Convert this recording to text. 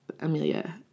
Amelia